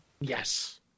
Yes